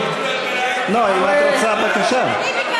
נא לעזוב את האולם.